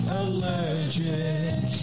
allergic